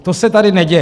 To se tady neděje.